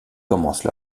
commencent